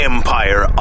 Empire